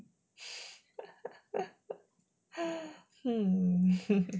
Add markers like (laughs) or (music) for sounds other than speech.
(laughs)